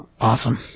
awesome